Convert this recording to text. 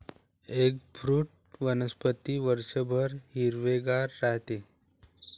eggfruit वनस्पती वर्षभर हिरवेगार राहते